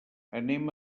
anem